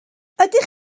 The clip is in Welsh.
ydych